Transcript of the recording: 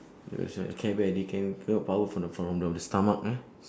ya sia the care bear already can create power from the from the stomach ah